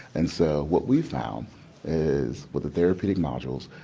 and so what we've found is with the therapeutic modules,